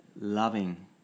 loving